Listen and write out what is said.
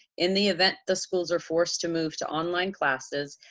in the event the schools are forced to move to online classes,